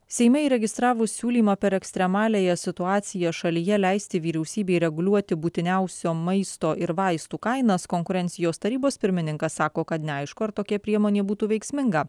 seime įregistravus siūlymą per ekstremaliąją situaciją šalyje leisti vyriausybei reguliuoti būtiniausių maisto ir vaistų kainas konkurencijos tarybos pirmininkas sako kad neaišku ar tokia priemonė būtų veiksminga